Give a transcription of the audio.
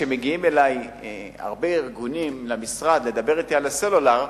שמגיעים אלי למשרד הרבה ארגונים לדבר אתי על הסלולר,